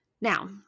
now